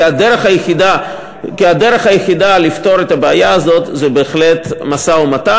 כי הדרך היחידה לפתור את הבעיה הזאת זה בהחלט משא-ומתן.